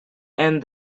and